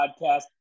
podcast